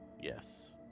Yes